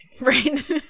Right